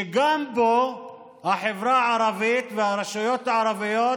שגם בו החברה הערבית והרשויות הערביות